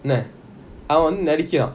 ந அவன் வந்து நடிக்கிறான்:na avan vanthu nadikiran